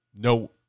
no